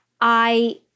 I-